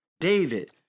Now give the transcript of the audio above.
David